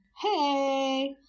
Hey